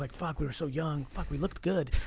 like fuck, we were so young. fuck, we looked good.